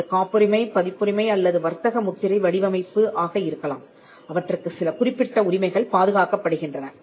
அது காப்புரிமை பதிப்புரிமை அல்லது வர்த்தக முத்திரை வடிவமைப்பு ஆக இருக்கலாம் அவற்றுக்கு சில குறிப்பிட்ட உரிமைகள் பாதுகாக்கப்படுகின்றன